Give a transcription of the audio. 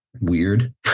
weird